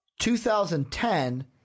2010